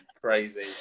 Crazy